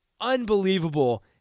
unbelievable